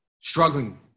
struggling